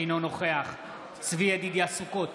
אינו נוכח צבי ידידיה סוכות,